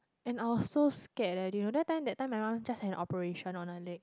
and I was so scared leh do you know that time that time my mum just had an operation on her leg